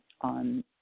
on